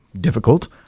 Difficult